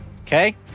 Okay